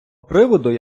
приводу